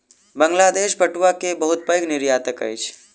बांग्लादेश पटुआ के बहुत पैघ निर्यातक अछि